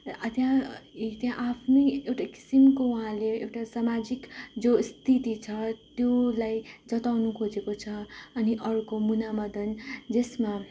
त्यहाँ ए त्यहाँ आफ्नै एउटा किसिमको उहाँले एउटा समाजिक जो स्थिति छ त्योलाई जताउनु खोजेको छ अनि अर्को मुनामदन जसमा